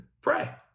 pray